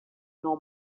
nor